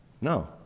No